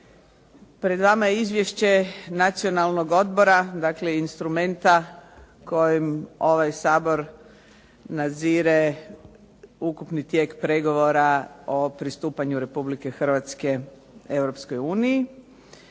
Pred vama je Izvješće Nacionalnog odbora dakle instrumenta kojim ovaj Sabor nadzire ukupni tijek pregovora o pristupanju Republike Hrvatske